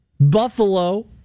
Buffalo